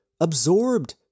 absorbed